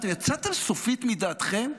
יצאתם סופית מדעתכם?